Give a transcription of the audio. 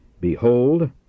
behold